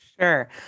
Sure